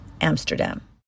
Amsterdam